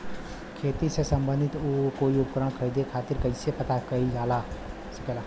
खेती से सम्बन्धित कोई उपकरण खरीदे खातीर कइसे पता करल जा सकेला?